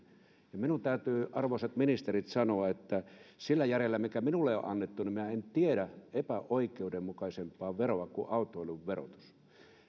ja minun täytyy arvoisat ministerit sanoa että sillä järjellä mikä minulle on annettu minä en tiedä epäoikeudenmukaisempaa veroa kuin autoilun verotus